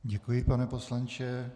Děkuji, pane poslanče.